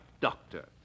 doctor